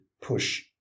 push